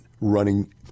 running